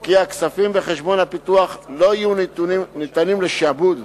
כי הכספים בחשבון הפיתוח לא יהיו ניתנים לשעבוד,